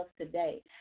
today